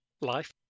life